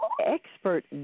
expert